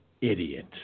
idiot